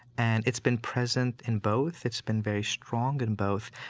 and it's been present in both, it's been very strong in both,